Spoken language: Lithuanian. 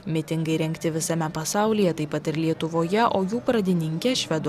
mitingai rengti visame pasaulyje taip pat ir lietuvoje o jų pradininkė švedų